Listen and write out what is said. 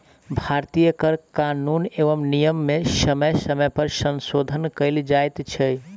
भारतीय कर कानून एवं नियम मे समय समय पर संशोधन कयल जाइत छै